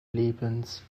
lebens